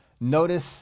Notice